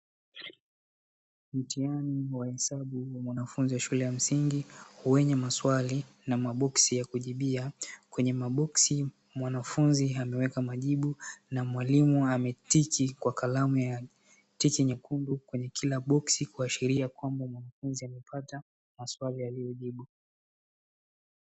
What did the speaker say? Mtihani wa hesabu wa mwanafunzi wa shule ya msingi wenye maswali na maboksi ya kujibia, kwenye maboksi mwanafunzi ameweka majibu na mwalimu ametiki kwa kalamu ya tiki nyekundu kwenye kila boksi kuashiria kwamba mwanafunzi amepata maswali aliyojibu.